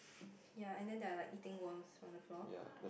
ya and then they are like eating worms from the floor